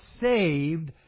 saved